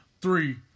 Three